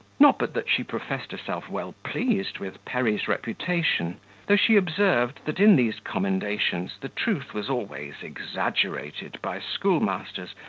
not but that she professed herself well pleased with perry's reputation though she observed that in these commendations the truth was always exaggerated by schoolmasters,